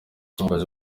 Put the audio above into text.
abayobozi